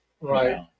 Right